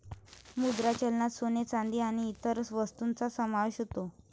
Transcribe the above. मुद्रा चलनात सोने, चांदी आणि इतर वस्तूंचा समावेश होतो